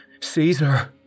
Caesar